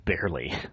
Barely